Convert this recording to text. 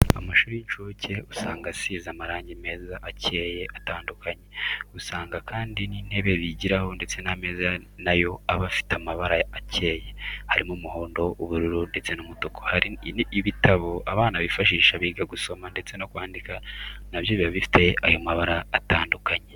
Amashuri y'incuke usanga asize amarangi meza akeye atandukanye, usanga kandi n'intebe bigiraho ndetse n'ameza nayo aba afite amabara akeye, harimo umuhondo, ubururu, ndetse n'umutuku. Hari ibitabo abana bifashisha biga gusoma ndetse no kwandika, na byo biba bifite ayo mabara atandukanye.